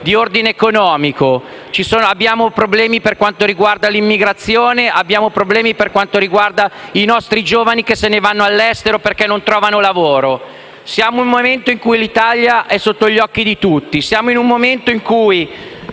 ed economico: abbiamo problemi per quanto riguarda l'immigrazione e abbiamo problemi per quanto riguarda i nostri giovani che se ne vanno all'estero perché non trovano lavoro. Siamo in un momento in cui l'Italia è sotto gli occhi di tutti. Se andassimo a vedere